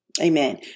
Amen